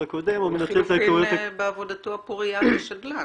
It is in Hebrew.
הקודם --- או לחילופין בעבודתו הפורייה עם השדלן.